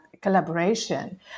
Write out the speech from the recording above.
collaboration